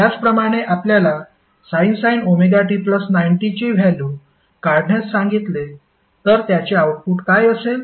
त्याचप्रमाणे आपल्याला sin ωt90 ची व्हॅल्यु काढण्यास सांगितले तर त्याचे आउटपुट काय असेल